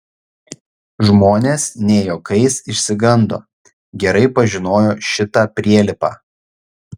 žmonės ne juokais išsigando gerai pažinojo šitą prielipą